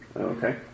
Okay